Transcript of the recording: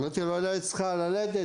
אמרתי שאולי היא צריכה ללדת,